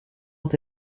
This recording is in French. ont